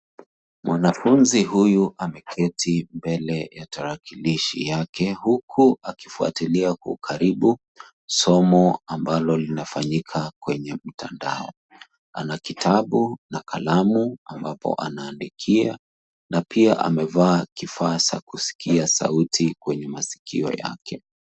Mwanafunzi huyu ameketi mbele ya tarakilishi yake huku akifuatilia kwa ukaribu somo ambalo linafanyika kwenye mtandao anakitabu na kalamu ambapo anaandikia na pia amevaa kifaa cha kusikia sauti kwenye masikio yake.